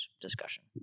discussion